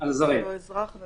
אדם שאין לו אזרחות